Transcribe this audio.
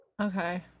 Okay